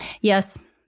Yes